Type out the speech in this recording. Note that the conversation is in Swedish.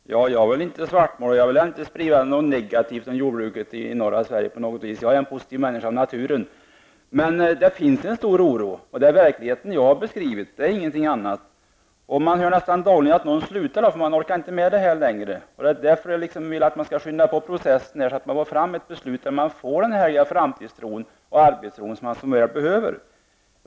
Herr talman! Jag vill inte på något vis svartmåla eller sprida några negativa uppfattningar om jordbruket i norra Sverige -- jag är en positiv människa av naturen. Men det finns en stor oro, och det är verkligheten och ingenting annat som jag har beskrivit. Jag hör nästan dagligen att någon slutar därför att man inte längre orkar med det här. Därför vill jag att vi skall skynda på processen och få fram ett beslut, så att man får den framtidstro och arbetsro som man så väl behöver.